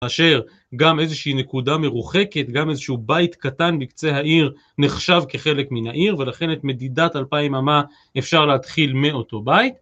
אשר גם איזושהי נקודה מרוחקת, גם איזשהו בית קטן בקצה העיר נחשב כחלק מן העיר ולכן את מדידת אלפיים אמה אפשר להתחיל מאותו בית.